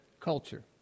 culture